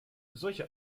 solche